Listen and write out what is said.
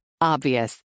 Obvious